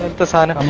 the so